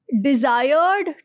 Desired